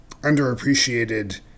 underappreciated